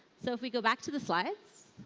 so if we go back to the slides.